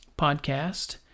podcast